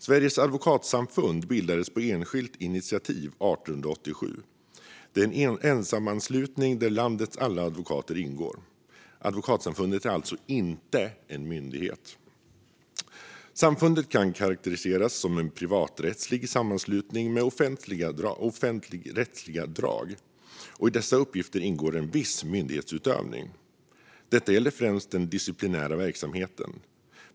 Sveriges advokatsamfund bildades på enskilt initiativ 1887, och det är en sammanslutning där landets alla advokater ingår. Advokatsamfundet är alltså inte en myndighet. Samfundet kan karakteriseras som en privaträttslig sammanslutning med offentligrättsliga drag. I dessa uppgifter ingår en viss myndighetsutövning. Detta gäller främst den disciplinära verksamheten.